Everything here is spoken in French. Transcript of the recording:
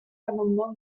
l’amendement